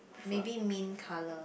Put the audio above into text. maybe mint colour